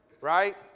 Right